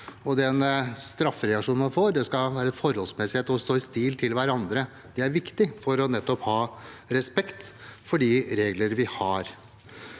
og den straffereaksjon man får, skal ha en forholdsmessig het og stå i stil med hverandre. Det er viktig for nettopp å ha respekt for de regler vi har.